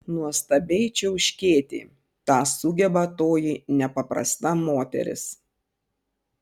nuostabiai čiauškėti tą sugeba toji nepaprasta moteris